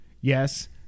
Yes